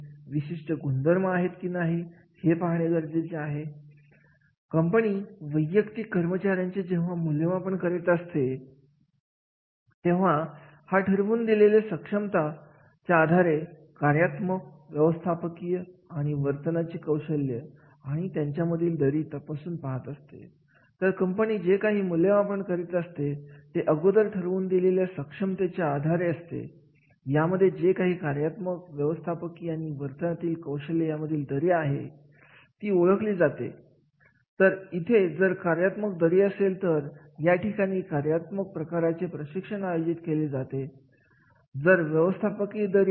तर म्हणून अशा घटनेमध्ये हे अतिशय महत्त्वाचे होते की जर तुम्हाला एखादा कार्य समजून घ्यायचा असेल ते कार्य कोणत्या पातळीवर ती आहे हे समजून घ्यायचं असेल तेव्हा तुम्हाला त्या कार्यासाठी आवश्यक असणारे अधिकार समजून घेणे गरजेचे आहे हे तिथल्या जबाबदाऱ्या समजून घेणे गरजेचे आहे आहे त्या कार्यास सोबत असणाऱ्या मालकी हक्काची जाणीव तुम्हाला असणे गरजेचे आहे